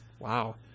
Wow